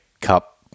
cup